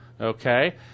okay